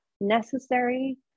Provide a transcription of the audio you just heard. necessary